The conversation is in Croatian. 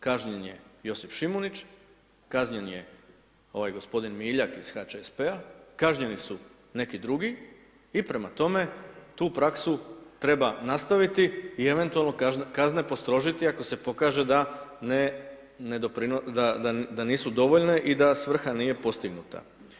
Kažnjen je Josip Šimunić, kažnjen je ovaj gospodin Miljak iz HČSP-a, kažnjeni su neki drugi i prema tome, tu praksu treba nastaviti i eventualno kazne postrožiti, ako se pokaže da nisu dovoljne i da svrha nije postignuta.